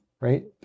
right